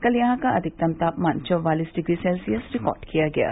कल यहां का अधिकतम तापमान चौवालीस डिग्री सेल्सियस रिकार्ड किया गया है